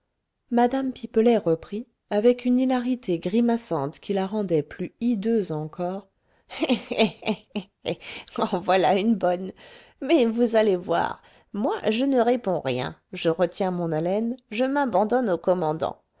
mme pipelet reprit avec une hilarité grimaçante qui la rendait plus hideuse encore eh eh eh en voilà une bonne mais vous allez voir moi je ne réponds rien je retiens mon haleine je m'abandonne au commandant